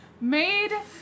made